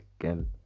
again